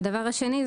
דבר שני,